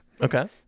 Okay